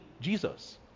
Jesus